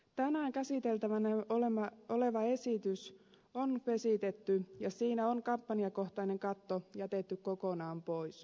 tänään käsiteltävänä oleva esitys on vesitetty ja siinä on kampanjakohtainen katto jätetty kokonaan pois